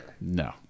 No